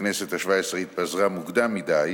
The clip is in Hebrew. הכנסת השבע-עשרה התפזרה מוקדם מדי,